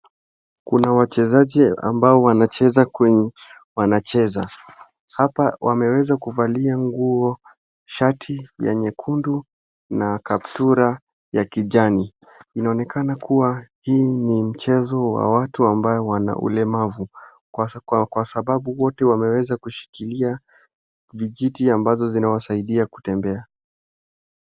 Kuna wachezaji ambao wanacheza kwenye wanacheza. Hapa wameweza kuvalia nguo, shati ya nyekundu, na kaptura ya kijani. Inaonekana kuwa hii ni mchezo wa watu ambao wana ulemavu kwa sababu, kwa sababu wote wameweza kushikilia vijiti ambazo zinawasaidia kutembea.